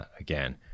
again